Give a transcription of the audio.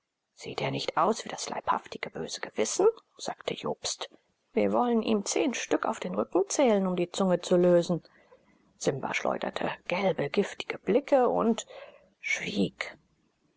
sieht er nicht aus wie das leibhaftig böse gewissen sagte jobst wir wollen ihm zehn stück auf den rücken zählen um die zunge zu lösen simba schleuderte gelbe giftige blicke und schwieg